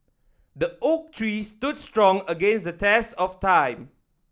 the oak tree stood strong against the test of time